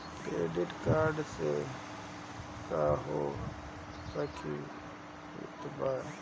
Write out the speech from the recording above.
Credit card से का हो सकइत बा?